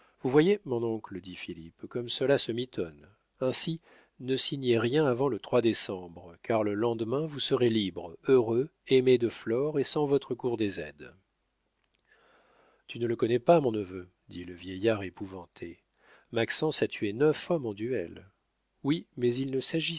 vous voyez mon oncle dit philippe comme cela se mitonne ainsi ne signez rien avant le décembre car le lendemain vous serez libre heureux aimé de flore et sans votre cour des aides tu ne le connais pas mon neveu dit le vieillard épouvanté maxence a tué neuf hommes en duel oui mais il ne s'agissait